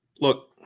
look